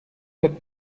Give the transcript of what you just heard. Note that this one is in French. quatre